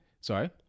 Sorry